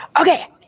Okay